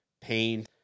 pain